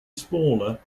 smaller